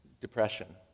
Depression